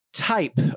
Type